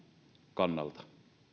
kannalta